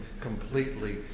completely